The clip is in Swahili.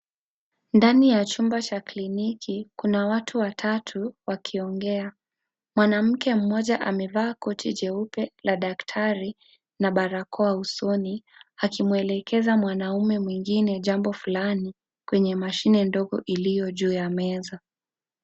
Ndani ya chumba cha kliniki kuna watu watatu wakiongea. Mwanamke mmoja amevaa koti jeupe la daktari na barakoa usoni, akimwelekeza mwanaume mwingine jambo fulani, kwenye mashine ndogo iliyo juu ya meza.